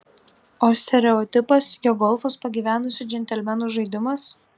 o stereotipas jog golfas pagyvenusių džentelmenų žaidimas